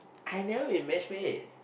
I've never been matchmake